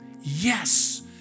Yes